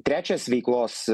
trečias veiklos